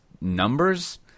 numbers